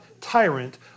tyrant